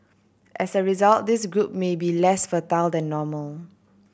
as a result this group may be less fertile than normal